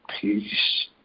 peace